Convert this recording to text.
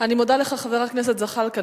אני מודה לך, חבר הכנסת זחאלקה.